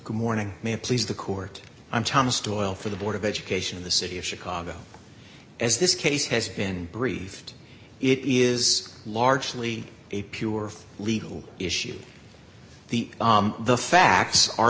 good morning may it please the court i'm thomas doyle for the board of education in the city of chicago as this case has been briefed it is largely a pure legal issue the the facts are